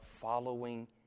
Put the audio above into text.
following